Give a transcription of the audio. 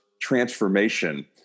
transformation